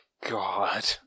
God